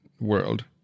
world